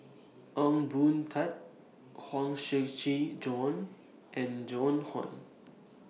Ong Boon Tat Huang Shiqi Joan and Joan Hon